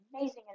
amazing